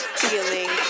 feeling